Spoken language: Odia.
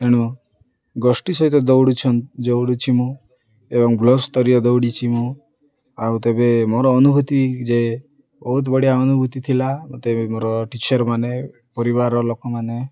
ତେଣୁ ଗୋଷ୍ଠୀ ସହିତ ଦୌଡ଼ୁ ଦୌଡ଼ୁଛି ମୁଁ ଏବଂ ବ୍ଲକ୍ ସ୍ତରୀୟ ଦୌଡ଼ିଛି ମୁଁ ଆଉ ତେବେ ମୋର ଅନୁଭୂତି ଯେ ବହୁତ ବଢ଼ିଆ ଅନୁଭୂତି ଥିଲା ମୋତେ ମୋର ଟିଚରମାନେ ପରିବାର ଲୋକମାନେ